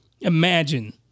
imagine